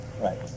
Right